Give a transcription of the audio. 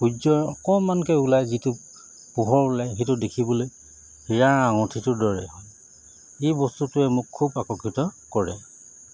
সূৰ্যৰ অকণমানকৈ ওলায় যিটো পোহৰ ওলায় সেইটো দেখিবলৈ হীৰাৰ আঙুঠিটোৰ দৰে হয় এই বস্তুটোৱে মোক খুব আকৰ্ষিত কৰে